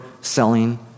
selling